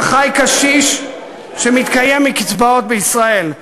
ככה חי קשיש שמתקיים מקצבאות בישראל.